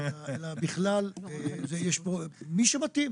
אלא בכלל, מי שמתאים.